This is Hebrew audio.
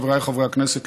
חבריי חברי הכנסת,